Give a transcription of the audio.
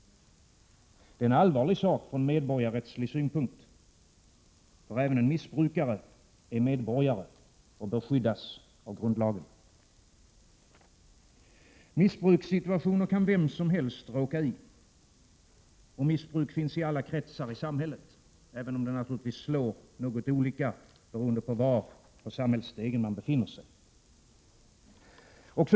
Det är en allvarlig sak från medborgarrättslig synpunkt, för även missbrukare är medborgare och bör skyddas av grundlagen. Missbrukssituationer kan vem som helst råka i. Missbruk finns i alla kretsar i samhället, även om det naturligtvis slår något olika beroende på var på samhällsstegen man befinner sig.